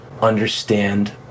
understand